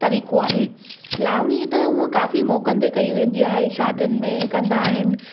तरीक़ो आहे लावणी त हूअ काफी मौक़नि ते कई वेंदी आहे शादीयुनि में कंदा आहिनि